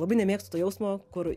labai nemėgstu to jausmo kur